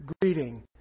greeting